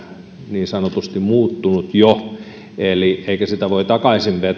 niin sanotusti muuttunut jo eikä sitä voi takaisin